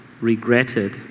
regretted